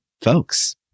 folks